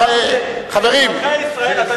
חברים, אני